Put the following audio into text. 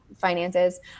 finances